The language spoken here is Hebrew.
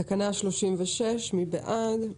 תקנה 36, מי בעד?